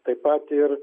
taip pat ir